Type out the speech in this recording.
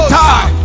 time